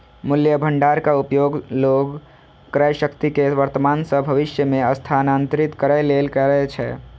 मूल्य भंडारक उपयोग लोग क्रयशक्ति कें वर्तमान सं भविष्य मे स्थानांतरित करै लेल करै छै